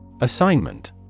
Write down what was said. Assignment